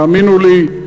האמינו לי,